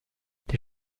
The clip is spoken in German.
die